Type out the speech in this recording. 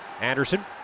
Anderson